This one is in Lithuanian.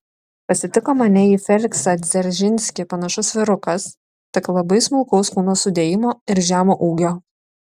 pasitiko mane į feliksą dzeržinskį panašus vyrukas tik labai smulkaus kūno sudėjimo ir žemo ūgio